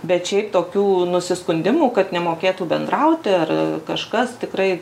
bet šiaip tokių nusiskundimų kad nemokėtų bendrauti ar kažkas tikrai